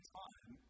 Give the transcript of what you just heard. time